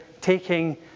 taking